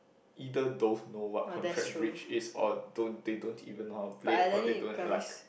either don't know what contract bridge is or don't they don't even know how to play or they don't like